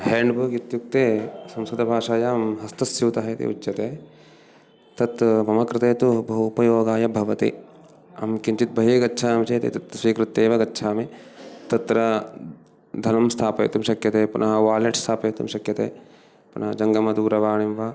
hand bag इत्युक्ते संस्कृतभाषायां हस्तस्यूतः इति उच्यते तत् मम कृते तु बहु उपयोगाय भवति अहं किञ्चित् बहिः गच्छामि चेत् एतत् स्वीकृत्यैव गच्छामि तत्र धनं स्थापयितुं शक्यते पुनः वालेट् स्थापयितुं शक्यते पुनः जङ्गमदूरवाणीं वा